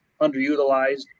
underutilized